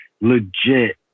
legit